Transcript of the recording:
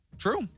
True